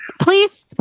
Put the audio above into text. Please